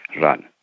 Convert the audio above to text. run